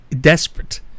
desperate